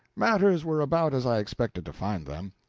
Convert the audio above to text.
matters were about as i expected to find them.